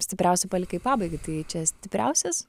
stipriausią palikai pabaigai tai čia stipriausias